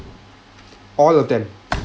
all of them